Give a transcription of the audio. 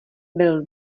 byl